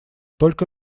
только